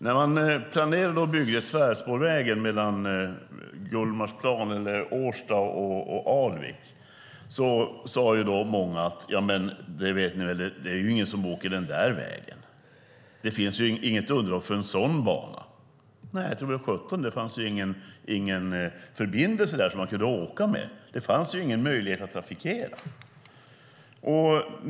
När man planerade att bygga tvärspårvägen mellan Årsta, Gullmarsplan och Alvik sade många: Det vet ni väl att det inte är någon som åker den där vägen. Det finns inget underlag för en sådan bana. Tror sjutton det, det fanns ju ingen förbindelse där som man kunde åka med. Det fanns ju ingen möjlighet att trafikera.